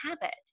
habit